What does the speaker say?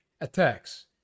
attacks